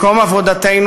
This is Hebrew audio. מקום עבודתנו,